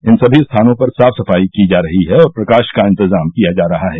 इन सभी स्थानों पर साफ सफाई की जा रही है और प्रकाश का इंतजाम किया जा रहा है